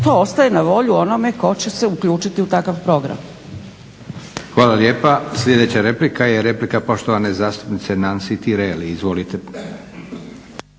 To ostaje na volju onome tko će se uključiti u takav program.